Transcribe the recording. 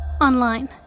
online